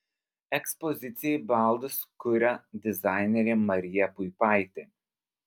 ekspozicijai baldus kuria dizainerė marija puipaitė